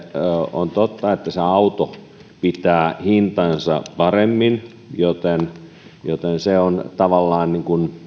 on totta että se auto pitää hintansa paremmin joten joten se myös on tavallaan